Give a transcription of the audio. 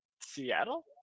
Seattle